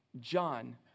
John